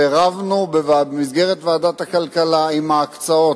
ורבנו במסגרת ועדת הכלכלה על ההקצאות,